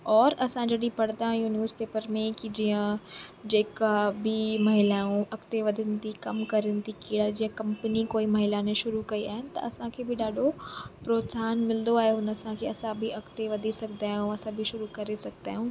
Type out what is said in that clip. औरि असां जॾहिं पढ़ंदा आहियूं न्यूज़पेपर में की जीअं जेका बि महिलाऊं अॻिते वधनि थी कमु कनि थी कहिड़ा जीअं कंपनी कोई महिला ने शुरू कई आहिनि त असांखे बि ॾाढो प्रोत्साहन मिलंदो आहे हुन सां की असां बि अॻिते वधी सघंदा आहियूं असां बि शुरू करे सघंदा आहियूं